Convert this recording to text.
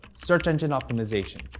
search engine optimization,